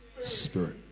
Spirit